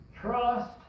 Trust